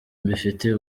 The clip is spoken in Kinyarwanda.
mbifitiye